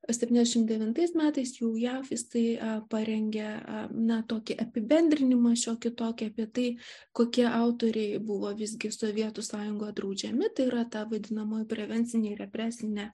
septyniasdešimt devintais metais jau jav jisai parengė na tokį apibendrinimą šiokį tokį apie tai kokie autoriai buvo visgi sovietų sąjungoje draudžiami tai yra ta vadinama prevencinė represinė